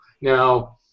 Now